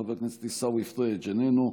חבר הכנסת עיסאווי פריג' איננו,